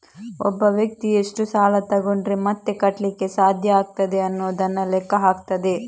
ಒಬ್ಬ ವ್ಯಕ್ತಿ ಎಷ್ಟು ಸಾಲ ತಗೊಂಡ್ರೆ ಮತ್ತೆ ಕಟ್ಲಿಕ್ಕೆ ಸಾಧ್ಯ ಆಗ್ತದೆ ಅನ್ನುದನ್ನ ಲೆಕ್ಕ ಹಾಕ್ತದೆ